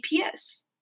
GPS